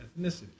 ethnicity